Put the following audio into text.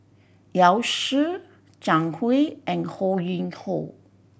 Yao Zi Zhang Hui and Ho Yuen Hoe